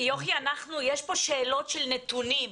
יוכי, יש פה שאלות של נתונים.